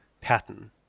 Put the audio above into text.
pattern